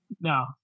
no